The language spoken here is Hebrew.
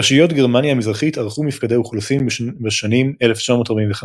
רשויות גרמניה המזרחית ערכו מפקדי אוכלוסין בשנים 1945,